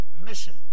mission